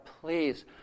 please